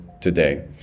today